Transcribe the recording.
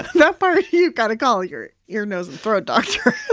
that part you've got to call your ear, nose, and throat doctor